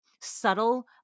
subtle